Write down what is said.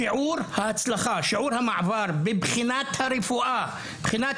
שיעור ההצלחה והמעבר בבחינת הרפואה ובבחינת